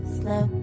slow